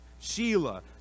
Sheila